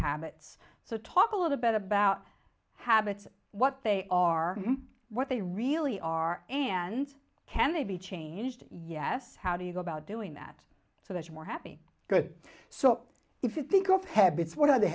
habits so talk a little bit about habits what they are what they really are and can they be changed yes how do you go about doing that so much more happy good so if you think of habits what